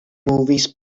movies